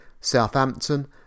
Southampton